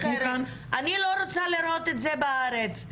אני לא רוצה לראות את זה בארץ.